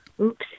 Oops